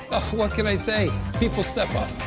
what can i say? people step up.